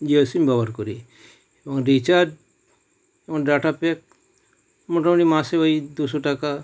Jio SIM ব্যবহার করি এবং রিচার্জ এবং ডাটা প্যাক মোটামুটি মাসে ওই দুশো টাকা